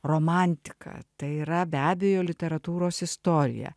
romantika tai yra be abejo literatūros istorija